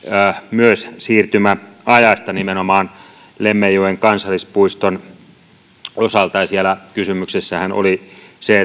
myös siirtymäajasta nimenomaan lemmenjoen kansallispuiston osalta siellä kysymyksessähän oli se